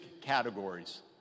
categories